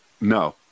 No